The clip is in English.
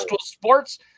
Sports